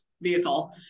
vehicle